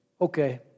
Okay